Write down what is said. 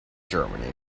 germany